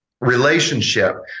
relationship